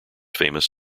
famous